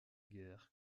guerre